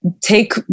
take